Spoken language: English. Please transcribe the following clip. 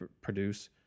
produce